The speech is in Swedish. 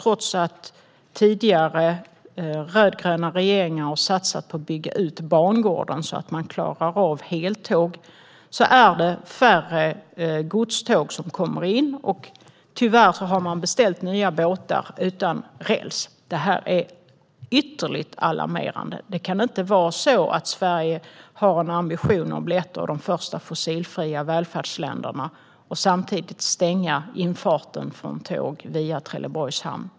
Trots att tidigare rödgröna regeringar har satsat på att bygga ut bangården så att man ska klara av heltåg kommer det in färre godståg. Tyvärr har det också beställts nya båtar utan räls. Det är ytterligt alarmerande. Sverige kan inte ha ambitionen att bli ett av de första fossilfria välfärdsländerna och samtidigt stänga infarten för tåg via Trelleborgs hamn.